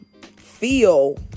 feel